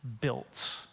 built